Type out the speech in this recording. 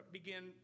begin